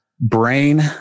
brain